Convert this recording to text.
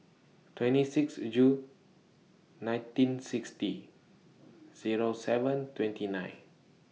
twenty six Jul nineteen sixty Zero seven twenty nine